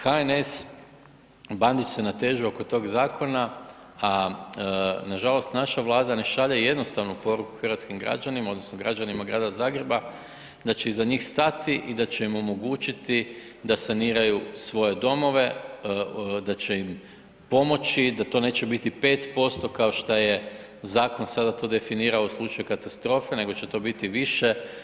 HNS i Bandić se natežu oko tog zakona, a nažalost naša Vlada ne šalje jednostavnu poruku hrvatskim građanima odnosno građanima Grada Zagreba da će iza njih stati i da će im omogućiti da saniraju svoje domove, da će im pomoći da to neće biti 5% kao šta je zakon sada to definirao u slučaju katastrofe nego će to biti više.